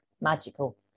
magical